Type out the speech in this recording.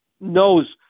knows